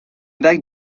bague